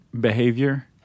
behavior